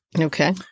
Okay